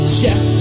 check